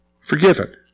Forgiven